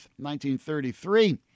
1933